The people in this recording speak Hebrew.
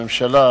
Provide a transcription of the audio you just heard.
הממשלה